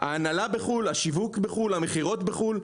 כי ההנהלה בחו"ל, השיווק בחו"ל, המכירות בחו"ל.